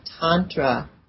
Tantra